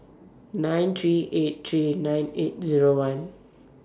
nine three eight three nine eight Zero one